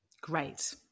great